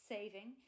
Saving